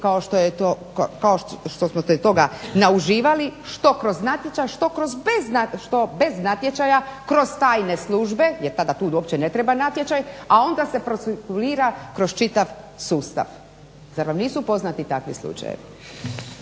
kao što smo se toga nauživali što kroz natječaj, što kroz bez natječaja kroz tajne službe. Jer tada tu uopće ne treba natječaj, a onda se procirkulira kroz čitav sustav. Zar vam nisu poznati takvi slučajevi?